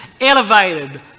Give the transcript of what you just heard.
elevated